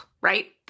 right